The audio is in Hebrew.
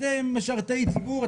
אתם משרתי ציבור,